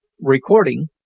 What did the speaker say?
Recording